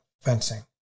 fencing